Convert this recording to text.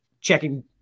checking